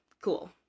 Cool